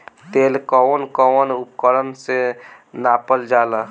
तेल कउन कउन उपकरण से नापल जाला?